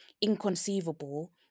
inconceivable